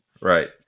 Right